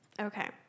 Okay